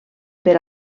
per